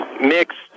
mixed